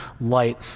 light